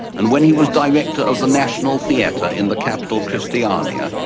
and when he was director of the national theater in the capitol, christiania,